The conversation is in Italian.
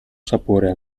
sapore